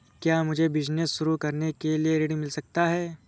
क्या मुझे बिजनेस शुरू करने के लिए ऋण मिल सकता है?